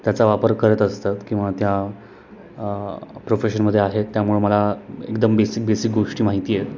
त्याचा वापर करत असतात किंवा त्या प्रोफेशनमध्ये आहेत त्यामुळे मला एकदम बेसिक बेसिक गोष्टी माहिती आहे